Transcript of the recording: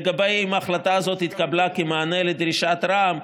לגבי אם ההחלטה הזאת התקבלה כמענה על דרישת רע"מ,